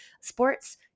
Sports